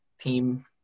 team